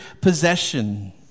possession